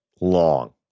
Long